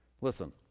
Listen